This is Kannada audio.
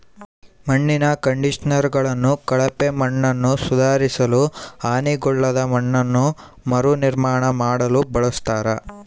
ಮಣ್ಣಿನ ಕಂಡಿಷನರ್ಗಳನ್ನು ಕಳಪೆ ಮಣ್ಣನ್ನುಸುಧಾರಿಸಲು ಹಾನಿಗೊಳಗಾದ ಮಣ್ಣನ್ನು ಮರುನಿರ್ಮಾಣ ಮಾಡಲು ಬಳಸ್ತರ